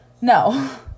no